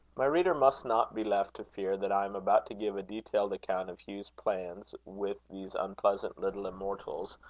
my reader must not be left to fear that i am about to give a detailed account of hugh's plans with these unpleasant little immortals,